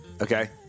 Okay